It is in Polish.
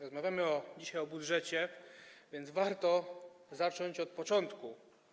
Rozmawiamy dzisiaj o budżecie, więc warto zacząć od początku.